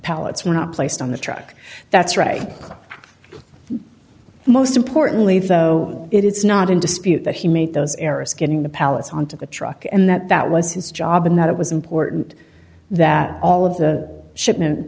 pallets were not placed on the truck that's right most importantly though it's not in dispute that he made those errors getting the pallets on to the truck and that that was his job and that it was important that all of the shipment